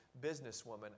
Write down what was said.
businesswoman